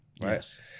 Yes